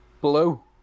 Blue